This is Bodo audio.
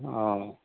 औ